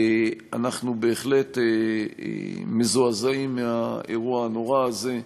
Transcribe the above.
אנחנו בהחלט מזועזעים מהאירוע הנורא הזה,